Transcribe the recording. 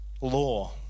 law